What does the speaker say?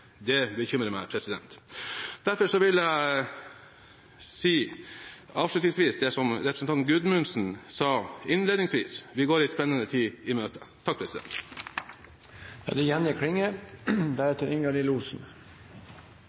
Det bekymrer meg. Derfor vil jeg avslutningsvis si det som representanten Gudmundsen sa innledningsvis: «Vi går en spennende tid i møte».